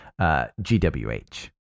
GWH